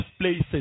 places